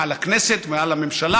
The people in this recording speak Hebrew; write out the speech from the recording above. מהכנסת ומהממשלה,